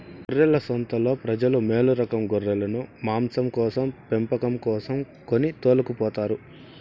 గొర్రెల సంతలో ప్రజలు మేలురకం గొర్రెలను మాంసం కోసం పెంపకం కోసం కొని తోలుకుపోతారు